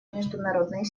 международные